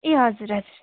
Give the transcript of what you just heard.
ए हजुर हजुर